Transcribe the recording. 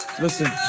listen